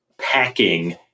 packing